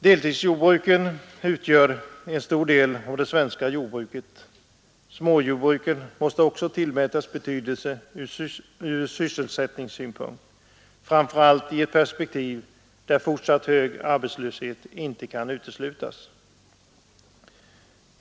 Deltidsjordbruken utgör en stabiliserande del av det svenska jordbruket. Småjordbruken måste också tillmätas betydelse från sysselsättningssynpunkt, framför allt i ett perspektiv där fortsatt hög arbetslöshet inte kan uteslutas.